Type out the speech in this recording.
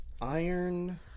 Iron